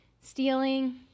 stealing